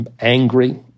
angry